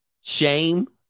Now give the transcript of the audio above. shame